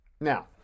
Now